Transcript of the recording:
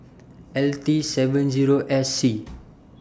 L T seven Zero S C